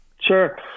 Sure